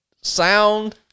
sound